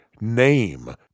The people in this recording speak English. name